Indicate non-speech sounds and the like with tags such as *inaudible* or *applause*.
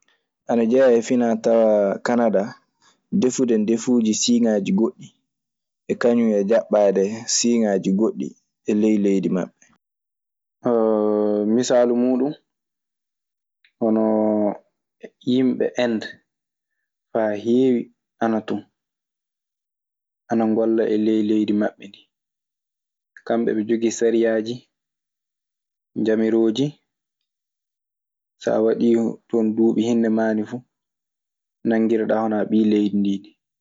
Ana jetyaa e finaatawaa kanada defude ndefuji singaji goɗi, e kaŋum e jaɓade singaji koɗi e ley leydi maɓe. *hesitation* Misaalu muuɗun hono yimɓe Ende faa heewi ana ton. Ana ngolla e ley leydi maɓɓe ndii. Kamɓe eɓe njogii sariyaaji jamirooji saa waɗii ton duuɓi hindemaani fu, nanngireɗaa hono a ɓii leydi ndii ni.